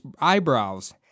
eyebrows